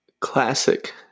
Classic